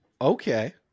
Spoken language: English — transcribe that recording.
Okay